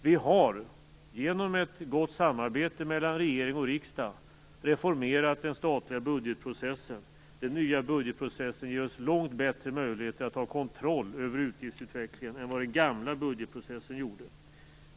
Vi har genom ett gott samarbete mellan regering och riksdag reformerat den statliga budgetprocessen. Den nya budgetprocessen ger oss långt bättre möjligheter att ha kontroll över utgiftsutvecklingen än vad den gamla budgetprocessen gjorde.